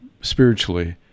spiritually